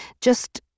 just-